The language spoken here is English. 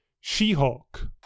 She-Hulk